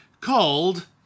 called